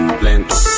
lento